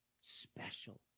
special